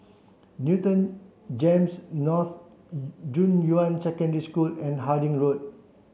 Newton GEMS North Junyuan Secondary School and Harding Road